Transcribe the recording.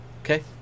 Okay